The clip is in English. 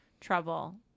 trouble